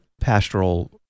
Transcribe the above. pastoral